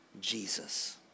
Jesus